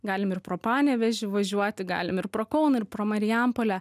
galim ir pro panevėžį važiuoti galim ir pro kauną ir pro marijampolę